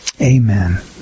Amen